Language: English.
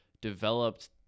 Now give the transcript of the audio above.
developed